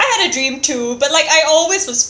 I had a dream too but like I always was